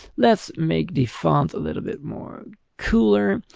let's make the font a little bit more cooler.